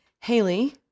Haley